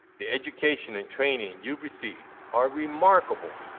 the education and training you've received are remarkable,